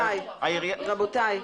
אבל יש כאן חברות פרטיות,